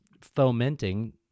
fomenting